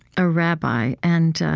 a rabbi. and